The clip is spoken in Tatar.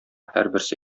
һәрберсе